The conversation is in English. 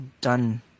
done